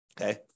okay